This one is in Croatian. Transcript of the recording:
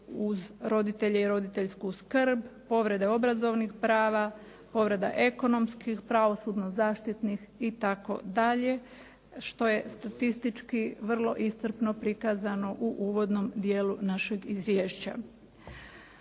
uz roditelje i roditeljsku skrb, povrede obrazovnih prava, povreda ekonomskih, pravosudno-zaštitnih itd. što je statistički vrlo iscrpno prikazano u uvodnom dijelu našeg izvješća.